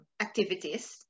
activities